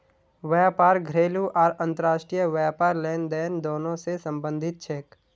व्यापार घरेलू आर अंतर्राष्ट्रीय व्यापार लेनदेन दोनों स संबंधित छेक